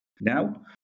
now